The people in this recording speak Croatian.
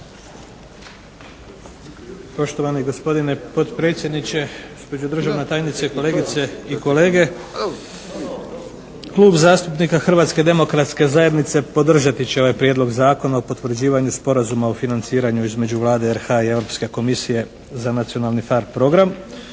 Poštovani gospodine potpredsjedniče, gospođo državna tajnice, kolegice i kolege. Klub zastupnika Hrvatske demokratske zajednice podržati će ovaj Prijedlog Zakona o potvrđivanju Sporazuma o financiranju između Vlade RH i Europske komisije za nacionalni PHARE program.